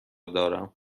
دارم